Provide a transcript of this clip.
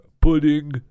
Pudding